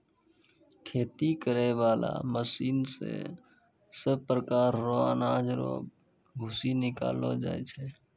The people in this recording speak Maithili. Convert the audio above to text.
खेती करै बाला मशीन से सभ प्रकार रो अनाज रो भूसी निकालो जाय छै